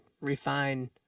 refine